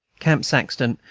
camp saxton,